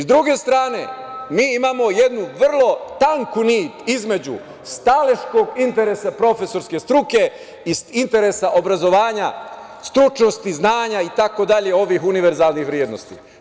S druge strane, mi imamo jednu vrlo tanku nit između staleškog interesa profesorske struke i interesa obrazovanja stručnosti, znanja, itd. ovih univerzalnih vrednosti.